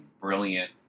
brilliant